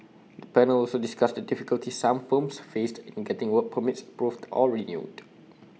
the panel also discussed the difficulties some firms faced in getting work permits approved or renewed